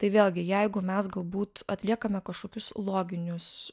tai vėlgi jeigu mes galbūt atliekame kažkokius loginius